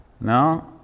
No